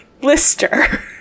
Blister